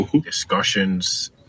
discussions